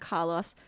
Carlos